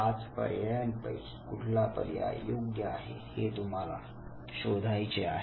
5 पर्यायांपैकी कुठला पर्याय योग्य आहे हे तुम्हाला शोधायचे आहे